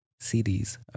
CDs